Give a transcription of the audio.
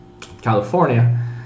California